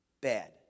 bad